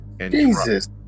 Jesus